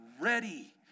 ready